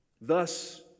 Thus